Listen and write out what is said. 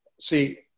see